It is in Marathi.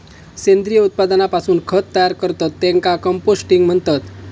सेंद्रिय उत्पादनापासून खत तयार करतत त्येका कंपोस्टिंग म्हणतत